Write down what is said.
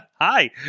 Hi